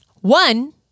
one